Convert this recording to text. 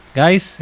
guys